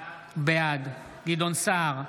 בעד גדעון סער,